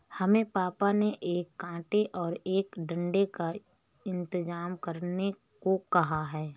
हमें पापा ने एक कांटे और एक डंडे का इंतजाम करने को कहा है